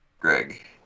Greg